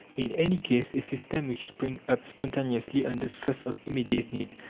in any case, a system which springs up spontaneously, under stress of immediate need,